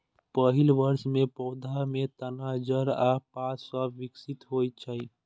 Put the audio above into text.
पहिल वर्ष मे पौधा मे तना, जड़ आ पात सभ विकसित होइ छै